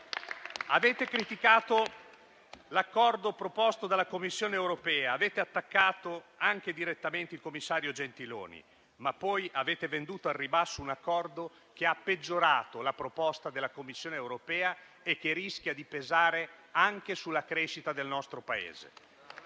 Avete criticato l'accordo proposto dalla Commissione europea. Avete attaccato anche direttamente il commissario Gentiloni. Ma poi avete venduto al ribasso un accordo che ha peggiorato la proposta della Commissione europea e che rischia di pesare anche sulla crescita del nostro Paese.